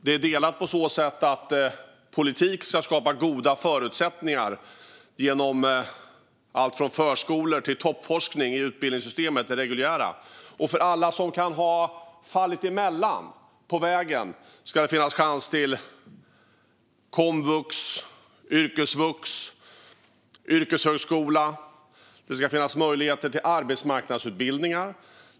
Det är delat på så sätt att politik ska skapa goda förutsättningar genom allt från förskolor till toppforskning i det reguljära utbildningssystemet. För alla som kan ha fallit emellan på vägen ska det finnas chans till komvux, yrkesvux och yrkeshögskola. Det ska finnas möjligheter till arbetsmarknadsutbildningar.